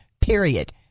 Period